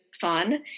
fun